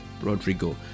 Rodrigo